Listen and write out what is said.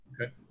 Okay